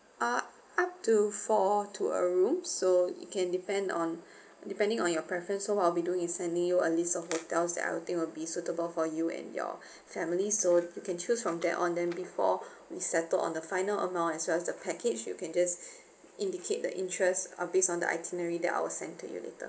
uh up to four to a room so it can depend on depending on your preference so what I'll be doing is sending you a list of hotels that I'll think will be suitable for you and your family so you can choose from there on then before we settle on the final amount as well as the package you can just indicate the interests uh based on the itinerary that I'll send to you later